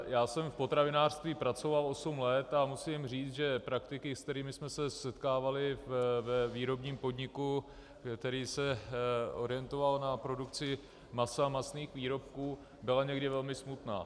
Já jsem v potravinářství pracoval osm let a musím říct, že praktiky, se kterými jsme se setkávali ve výrobním podniku, který se orientoval na produkci masa a masných výrobků, byly někdy velmi smutné.